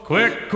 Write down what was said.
Quick